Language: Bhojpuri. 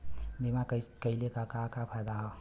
बीमा कइले का का फायदा ह?